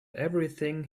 everything